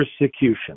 persecution